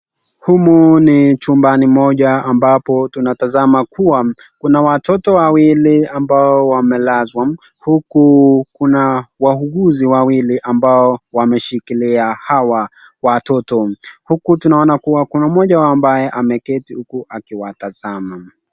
Humu ni chumbani moja ambapo tunatazama kuwa kuna watoto wawili ambao, wamelazwa huku kuna wahuuzi wawili ambao wameshikilia hawa watoto, huku tunaona kuwa kuna moja ambaye ameketi huku akiwatazama.